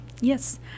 Yes